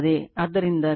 ಆದ್ದರಿಂದ Q c 41